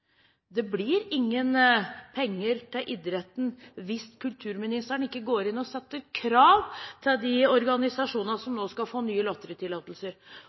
Det blir ingen penger til idretten hvis kulturministeren ikke går inn og setter krav til de organisasjoner som nå skal få nye